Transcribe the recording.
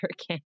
again